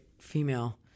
female